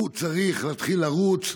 הוא צריך להתחיל לרוץ.